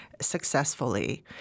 successfully